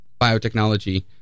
biotechnology